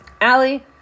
Allie